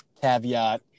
caveat